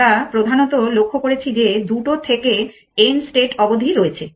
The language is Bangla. আমরা প্রধানতঃ লক্ষ্য করেছি যে দুটো থেকে n স্টেট অবধি রয়েছে